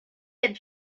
had